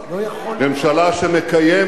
ממשלה שמקיימת,